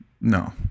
No